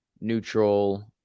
neutral